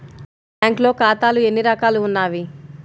బ్యాంక్లో ఖాతాలు ఎన్ని రకాలు ఉన్నావి?